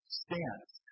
stance